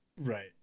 Right